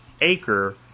acre